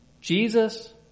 Jesus